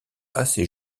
assez